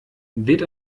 wird